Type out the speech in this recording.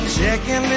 checking